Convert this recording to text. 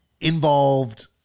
involved